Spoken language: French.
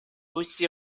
aussi